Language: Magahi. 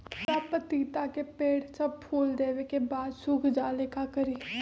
हमरा पतिता के पेड़ सब फुल देबे के बाद सुख जाले का करी?